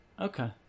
okay